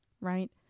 right